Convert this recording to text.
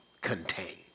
contained